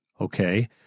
Okay